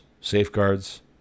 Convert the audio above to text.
safeguards